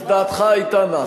אז דעתך היתה נחה.